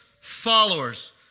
followers